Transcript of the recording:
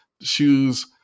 shoes